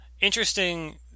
Interesting